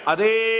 Ade